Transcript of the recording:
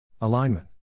Alignment